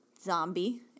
zombie